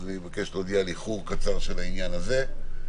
אז אני מבקש להודיע על איחור של העניין הזה.